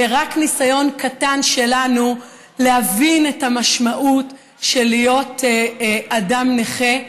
ורק ניסיון קטן שלנו להבין את המשמעות של להיות אדם נכה.